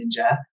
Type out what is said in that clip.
Ninja